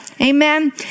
Amen